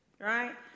right